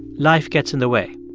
life gets in the way.